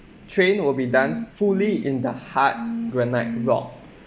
train will be done fully in the hard granite rock